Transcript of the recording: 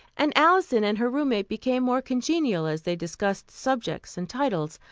and alison and her roommate became more congenial as they discussed subjects and titles.